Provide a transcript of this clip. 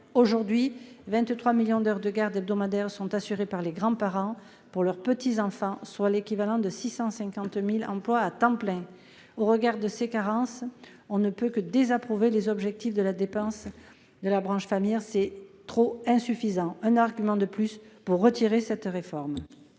Aujourd'hui, 23 millions d'heures de garde hebdomadaires sont assurées par les grands-parents qui s'occupent de leurs petits-enfants, soit l'équivalent de 650 000 emplois à temps plein. Au regard de ces carences, on ne peut que désapprouver les objectifs de dépenses de la branche famille ici présentés, qui sont insuffisants. Voilà un argument de plus pour retirer cette réforme.